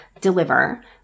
deliver